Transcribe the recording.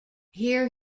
here